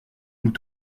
nous